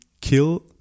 kill